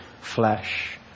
flesh